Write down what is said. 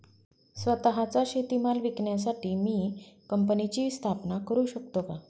स्वत:चा शेतीमाल विकण्यासाठी मी कंपनीची स्थापना करु शकतो का?